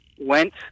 went